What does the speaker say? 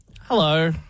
Hello